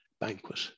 banquet